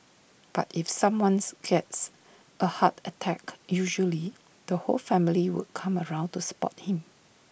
but if someone's gets A heart attack usually the whole family would come around to support him